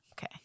Okay